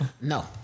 No